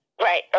Right